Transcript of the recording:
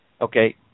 Okay